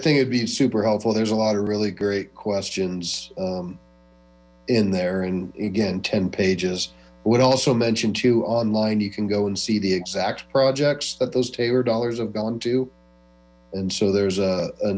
think it'd be super helpful there's a lot of really great question is in there and again ten pages would also mentioned to online you can go and see the exact projects that those tabor dollars have gone to and so there's a